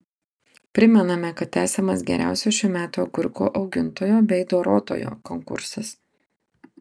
primename kad tęsiamas geriausio šių metų agurkų augintojo bei dorotojo konkursas